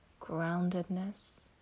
groundedness